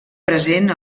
present